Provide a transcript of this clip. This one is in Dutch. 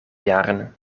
jaren